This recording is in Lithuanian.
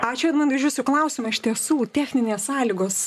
ačiū edmundai aš jūsų klausimą iš tiesų techninės sąlygos